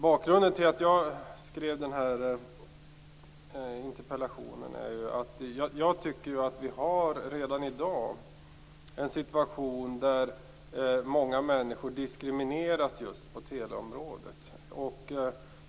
Bakgrunden till att jag skrev den här interpellationen är att jag tycker att vi redan i dag har en situation där många människor diskrimineras på teleområdet.